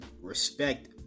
respect